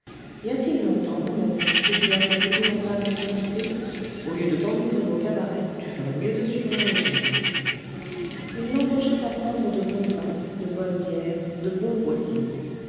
y a-t-il longtemps mon ami que tu as cette épouvantable infirmité au lieu de t'enivrer au cabaret tu ferais mieux de suivre un régime il l'engageait à prendre de bon vin de bonne bière de bons rôtis